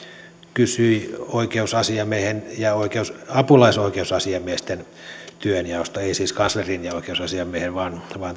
kysyi oikeusasiamiehen ja apulaisoikeusasiamiesten työnjaosta ei siis kanslerin ja oikeusasiamiehen vaan vaan